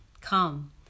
Come